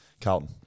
Carlton